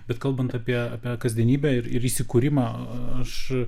bet kalbant apie apie kasdienybę ir įsikūrimą aš